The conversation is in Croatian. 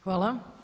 Hvala.